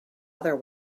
other